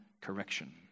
correction